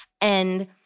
And-